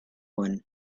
one